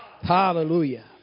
Hallelujah